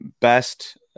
best